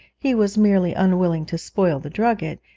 he was merely unwilling to spoil the drugget,